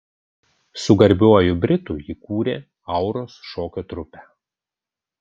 su garbiuoju britu jį kūrė auros šokio trupę